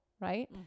right